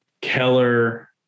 Keller